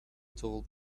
told